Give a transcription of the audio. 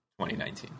2019